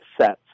sets